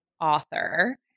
author